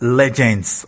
legends